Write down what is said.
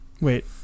wait